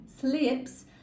slips